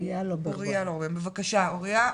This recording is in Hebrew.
בבקשה אוריה.